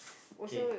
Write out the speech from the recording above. kay